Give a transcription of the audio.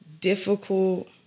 difficult